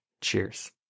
Cheers